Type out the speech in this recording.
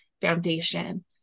foundation